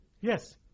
yes